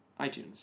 iTunes